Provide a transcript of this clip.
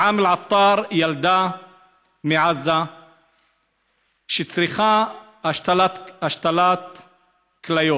אנעם אל-עטר היא ילדה מעזה שצריכה השתלת כליות.